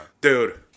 Dude